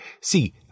See